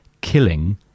killing